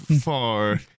far